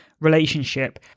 relationship